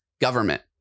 government